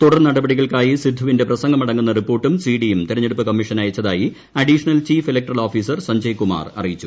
തുടർനടപടികൾക്കായി സിദ്ധുവിന്റെ പ്രസംഗം അടങ്ങുന്ന റിപ്പോർട്ടും സി ഡിയും തെരഞ്ഞെടുപ്പ് കമ്മീഷന് അയച്ചതായി additional chief electoral officer Sanjay Kumar അറിയിച്ചു